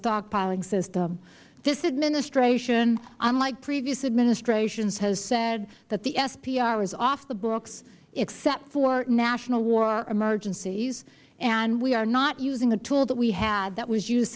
stockpiling system this administration unlike previous administrations has said that the spr is off the books except for national war emergencies and we are not using a tool that we have that was used